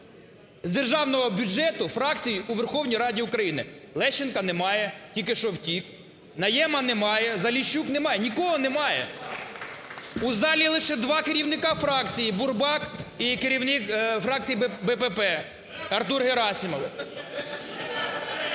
з Державного бюджету фракцій у Верховній Раді України. Лещенка немає, тільки що втік. Найєма немає. Заліщук немає. Нікого немає. У залі лише два керівника фракцій – Бурбак і керівник фракції "БПП" Артур Герасимов.